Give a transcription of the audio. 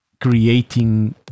creating